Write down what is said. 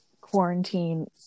quarantine